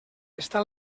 està